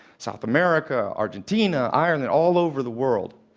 south america, argentina, ireland, all over the world.